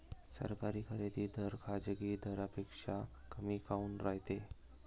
सरकारी खरेदी दर खाजगी दरापेक्षा कमी काऊन रायते?